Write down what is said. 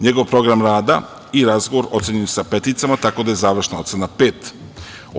Njegov program rada i razgovor ocenjeni su „peticama“, tako da je završna ocena „pet“